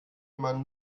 man